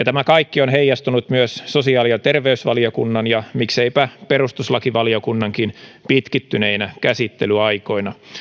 tämä kaikki on heijastunut myös sosiaali ja terveysvaliokunnan ja mikseipä perustuslakivaliokunnankin pitkittyneinä käsittelyaikoina